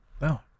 No